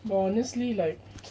but honestly like